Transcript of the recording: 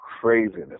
craziness